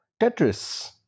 Tetris